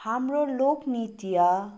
हाम्रो लोकनृत्य